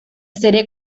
serie